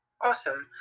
awesome